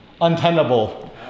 untenable